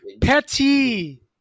Petty